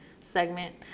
segment